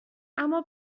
اما